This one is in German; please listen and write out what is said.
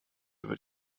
über